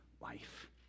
life